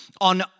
on